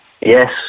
Yes